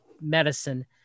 medicine